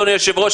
אדוני היושב-ראש,